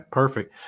perfect